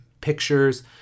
pictures